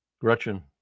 Gretchen